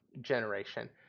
generation